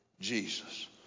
Jesus